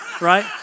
right